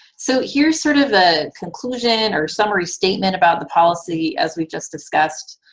so here's sort of a conclusion or summary statement about the policy as we just discussed.